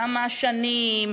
כמה שנים,